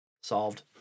Solved